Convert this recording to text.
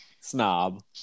snob